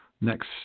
next